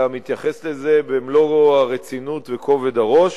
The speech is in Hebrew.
אלא מתייחס לזה במלוא הרצינות וכובד הראש.